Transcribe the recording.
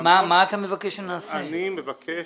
אני מבקש